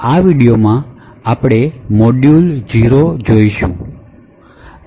આ વિડિઓમાં આપણે મોડ્યુલ 0 જોઈશું